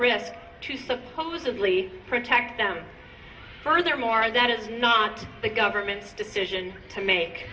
risk to supposedly protect them furthermore that is not the government's decision to make